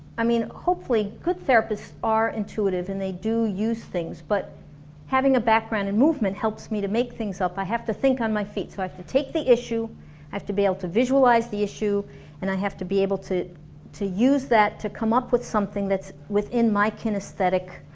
i mean hopefully good therapists are intuitive and they do use things but having a background in movement helps me to make things up, i have to think on my feet so i have to take the issue i have to be able to visualize the issue and i have to be able to to use that to come up with something that's within my kinesthetic